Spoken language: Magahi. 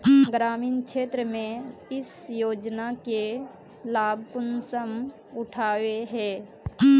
ग्रामीण क्षेत्र में इस योजना के लाभ कुंसम उठावे है?